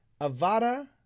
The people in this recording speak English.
Avada